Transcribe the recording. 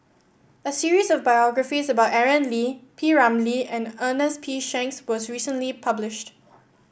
a series of biographies about Aaron Lee P Ramlee and Ernest P Shanks was recently published